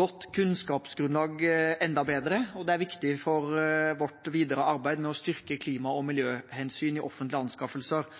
godt kunnskapsgrunnlag enda bedre, og det er viktig for vårt videre arbeid med å styrke klima- og miljøhensyn i offentlige anskaffelser.